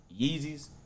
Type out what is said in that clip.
Yeezys